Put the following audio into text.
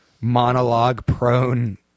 monologue-prone